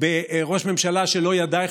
וראש הממשלה דאז